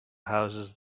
houses